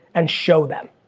and show them.